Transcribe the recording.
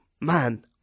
Man